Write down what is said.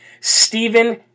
Stephen